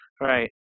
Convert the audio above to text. right